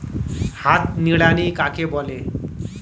হাত নিড়ানি কাকে বলে?